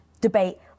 debate